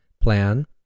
plan